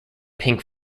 pink